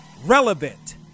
relevant